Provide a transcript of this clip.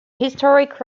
historic